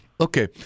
Okay